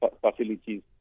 facilities